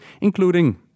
including